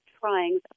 trying